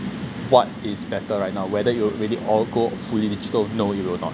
what is better right now whether you you're really all go fully digital no you'll not